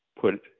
put